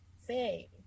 say